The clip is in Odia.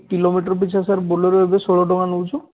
କିଲୋମିଟର୍ ପିଛା ସାର୍ ବୋଲେରୋ ଏବେ ଷୋହଳ ଟଙ୍କା ନେଉଛି